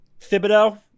Thibodeau